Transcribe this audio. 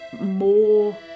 more